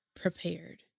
prepared